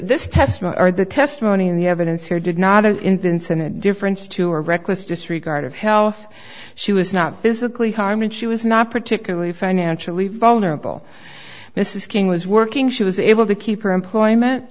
this testimony or the testimony of the evidence here did not an incident difference to or reckless disregard of health she was not physically harmed and she was not particularly financially vulnerable mrs king was working she was able to keep her employment